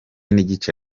n’igice